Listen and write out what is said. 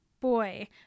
boy